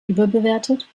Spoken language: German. überbewertet